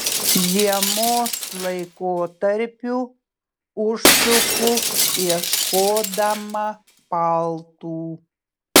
žiemos laikotarpiu užsuku ieškodama paltų